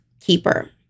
Keeper